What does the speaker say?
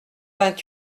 vingt